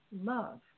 love